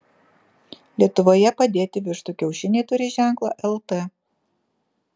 lietuvoje padėti vištų kiaušiniai turi ženklą lt